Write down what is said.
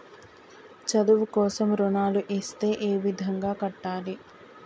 చదువు కోసం రుణాలు ఇస్తే ఏ విధంగా కట్టాలి?